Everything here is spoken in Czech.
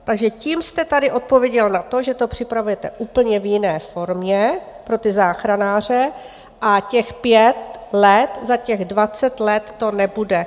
Takže tím jste tady odpověděl na to, že to připravujete v úplně jiné formě pro ty záchranáře, a těch pět let za těch dvacet let to nebude.